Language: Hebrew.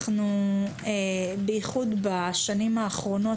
בייחוד בשנים האחרונות,